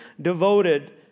devoted